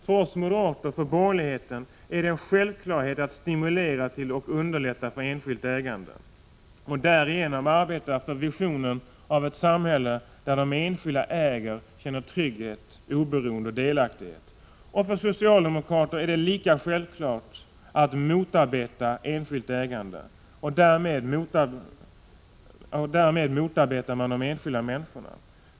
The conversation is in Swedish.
För oss moderater och för hela borgerligheten är det en självklarhet att man skall stimulera och underlätta för enskilt ägande och därigenom arbeta för visioner av ett samhälle där de enskilda äger och därmed känner trygghet, oberoende och delaktighet. För socialdemokraterna är det lika självklart att motarbeta enskilt ägande. Därmed motarbetar man de enskilda människorna.